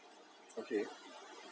okay